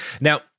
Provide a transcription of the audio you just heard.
Now